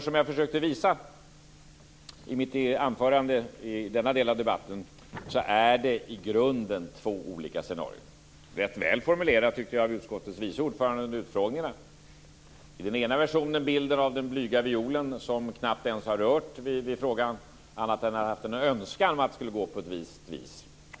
Som jag försökte visa i mitt anförande i denna del av debatten är det i grunden fråga om två olika scenarier. Det formulerades rätt väl av utskottets vice ordförande i utfrågningarna. I den ena versionen får vi bilden av den blyga violen, som knappt ens har rört vid frågan utan bara har en önskan att det skulle gå på ett visst vis.